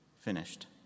finished